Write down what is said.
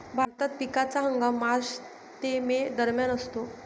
भारतात पिकाचा हंगाम मार्च ते मे दरम्यान असतो